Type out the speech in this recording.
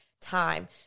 time